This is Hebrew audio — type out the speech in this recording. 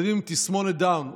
ילדים עם תסמונת דאון,